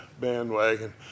bandwagon